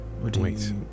Wait